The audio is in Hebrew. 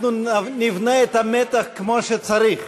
אנחנו נבנה את המתח כמו שצריך.